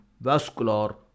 vascular